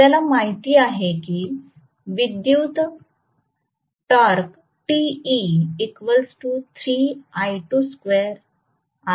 आपल्याला माहित आहे की विद्युत चुंबकीय टॉर्क